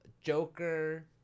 Joker